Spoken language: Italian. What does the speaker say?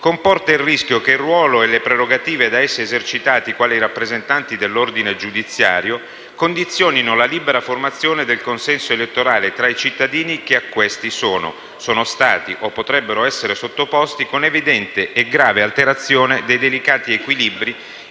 comporta il rischio che il ruolo e le prerogative da essi esercitati quali rappresentanti dell'ordine giudiziario condizionino la libera formazione del consenso elettorale tra i cittadini che a questi sono, sono stati o potrebbero essere sottoposti, con evidente e grave alterazione dei delicati equilibri